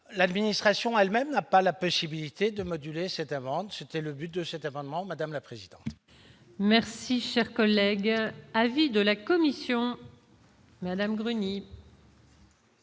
l'administration elle-même n'a pas la possibilité de moduler cette amende, c'était le but de cet amendement, madame la présidente. Merci, cher collègue, avis de la commission. Madame Grenier.